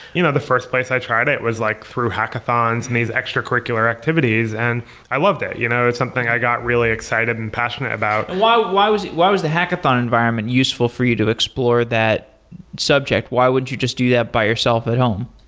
you know the first place i tried it was like through hackathons and these extracurricular activities and i loved it. you know it's something i got really excited and passionate about why why was the hackathon environment useful for you to explore that subject? why wouldn't you just do that by yourself at home?